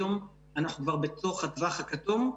היום אנחנו כבר בתוך הטווח הכתום,